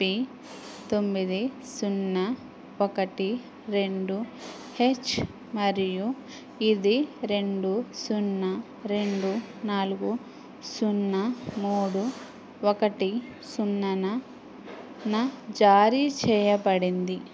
P తొమ్మిది సున్నా ఒకటి రెండు హెచ్ మరియు ఇది రెండు సున్నా రెండు నాలుగు సున్నా మూడు ఒకటి సున్నాన జారీ చేయబడింది